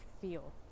feel